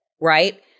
right